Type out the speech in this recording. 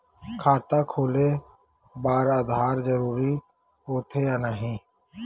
खाता खोले बार आधार जरूरी हो थे या नहीं?